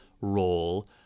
role